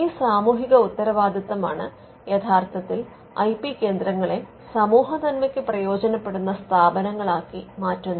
ഈ സാമൂഹിക ഉത്തരവാദിത്തമാണ് യഥാർത്ഥത്തിൽ ഐ പി കേന്ദ്രങ്ങളെ സമൂഹനന്മയ്ക്ക് പ്രയോജനപ്പെടുന്ന സ്ഥാപനങ്ങളാക്കി മാറ്റുന്നത്